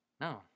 No